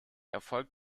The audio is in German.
erfolg